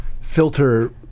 filter